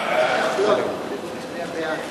חוק איסור השימוש בסמלים וכינויים נאציים,